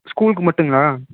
ஸ்கூலுக்கு மட்டும்ங்களா